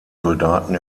soldaten